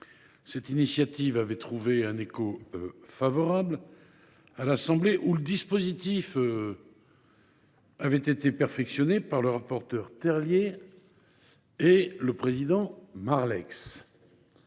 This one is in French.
Cette initiative avait trouvé un écho favorable à l’Assemblée nationale, où le dispositif avait été perfectionné par le rapporteur Jean Terlier et le président Olivier